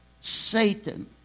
Satan